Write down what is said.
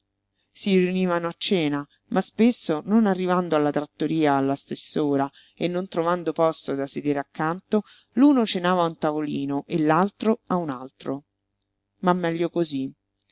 si riunivano a cena ma spesso non arrivando alla trattoria alla stess'ora e non trovando posto da sedere accanto l'uno cenava a un tavolino e l'altro a un altro ma meglio cosí